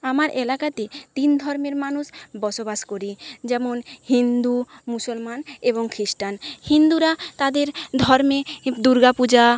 আমার এলাকাতে তিন ধর্মের মানুষ বসবাস করি যেমন হিন্দু মুসলমান এবং খিস্টান হিন্দুরা তাদের ধর্মে দুর্গা পূজা